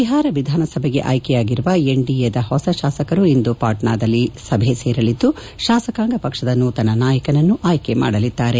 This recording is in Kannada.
ಬಿಹಾರ ವಿಧಾನಸಭೆಗೆ ಆಯ್ಕೆಯಾಗಿರುವ ಎನ್ ಡಿಎದ ಹೊಸ ಶಾಸಕರು ಪಾಟ್ನಾದಲ್ಲಿಂದು ಸಭೆ ಸೇರಲಿದ್ದು ಶಾಸಕಾಂಗ ಪಕ್ಷದ ನೂತನ ನಾಯಕನನ್ನು ಆಯ್ಕೆ ಮಾಡಲಿದ್ದಾರೆ